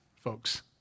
folks